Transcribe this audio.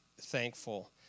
thankful